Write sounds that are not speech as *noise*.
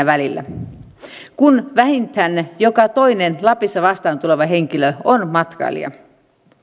*unintelligible* välillä kun vähintään joka toinen lapissa vastaantuleva henkilö on matkailija